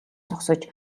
зогсож